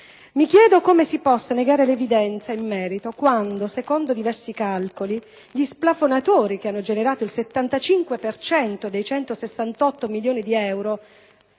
Mi chiedo come si possa negare l'evidenza in merito, quando, secondo diversi calcoli, gli splafonatori che hanno generato il 75 per cento dei 168 milioni di euro